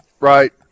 Right